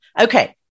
Okay